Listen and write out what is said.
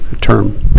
term